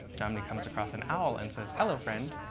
jomny comes across an owl and says, hello, friend.